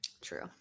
True